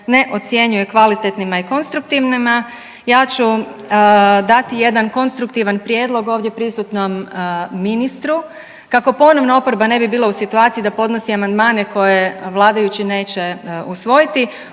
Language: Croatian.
ne ocjenjuje kvalitetnima i konstruktivnima ja ću dati jedan konstruktivan prijedlog ovdje prisutnom ministru kako ponovno oporba ne bi bila u situaciji da ponosi amandmane koje vladajući neće usvojiti.